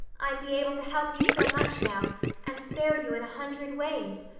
i'd be able to help you so much now and spare you in a hundred ways.